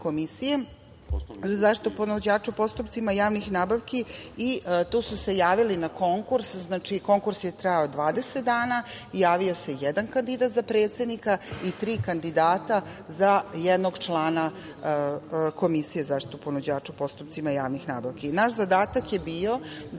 zaštitu ponuđača u postupcima javnih nabavki. Tu su se javili na konkurs. Konkurs je trajao 20 dana. Javio se jedan kandidat za predsednika i tri kandidata za jednog člana Komisije za zaštitu ponuđača u postupcima javnih nabavki. Naš zadatak je bio da